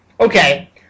Okay